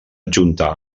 adjuntar